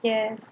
yes